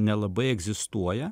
nelabai egzistuoja